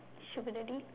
should be the D